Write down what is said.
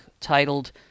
titled